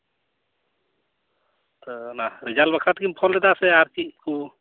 ᱟᱪᱪᱷᱟ ᱨᱮᱡᱟᱞ ᱵᱟᱠᱷᱟᱨᱟ ᱛᱮᱜᱮᱢ ᱯᱷᱳᱱ ᱞᱮᱫᱟ ᱥᱮ ᱟᱨ ᱪᱮᱫ ᱠᱚ